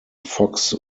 fox